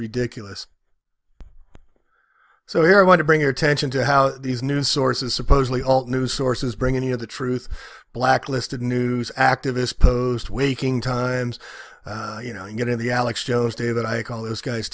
ridiculous so here i want to bring attention to how these news sources supposedly all news sources bring any of the truth blacklisted news activists posed waking times you know you get in the alex jones day that i call those guys